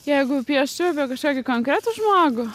jeigu pieščiau kažkokį konkretų žmogų